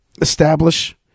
establish